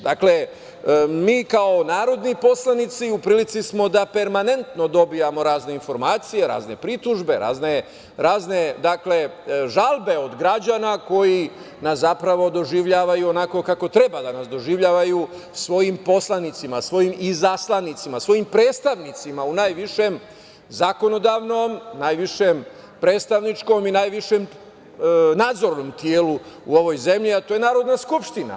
Dakle, mi kao narodni poslanici u prilici smo da permanentno dobijamo razne informacije, razne pritužbe, razne žalbe od građana koji nas zapravo doživljavaju onako kako treba da nas doživljavaju, svojim poslanicima, svojim izaslanicima, svojim predstavnicima u najvišem zakonodavnom, najvišem predstavničkom i najvišem nadzornom telu u ovoj zemlji, a to je Narodna skupština.